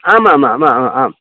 आमामामा मां